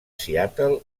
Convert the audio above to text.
seattle